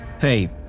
Hey